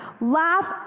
laugh